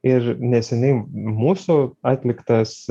ir neseniai mūsų atliktas